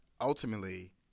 ultimately